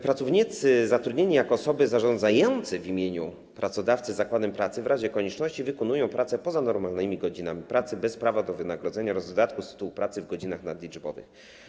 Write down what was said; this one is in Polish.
Pracownicy zatrudnieni jako osoby zarządzające w imieniu pracodawcy zakładem pracy w razie konieczności wykonują pracę poza normalnymi godzinami pracy bez prawa do wynagrodzenia oraz dodatku z tytułu pracy w godzinach nadliczbowych.